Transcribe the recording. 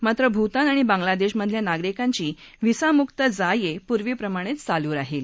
मात्र भूतान आणि बांगलादश्रमधल्या नागरिकांची व्हिसामुक्त जा यप्रिर्वीप्रमाणद्वचालू राहील